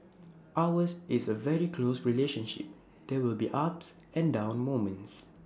ours is A very close relationship there will be ups and down moments